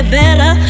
better